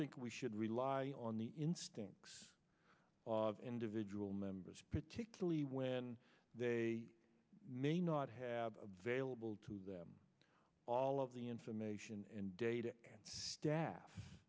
think we should rely on the instincts of individual members particularly when they may not have a vailable to all of the information and data staff